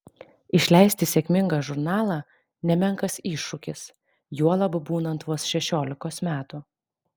išleisti sėkmingą žurnalą nemenkas iššūkis juolab būnant vos šešiolikos metų